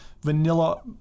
vanilla